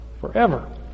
forever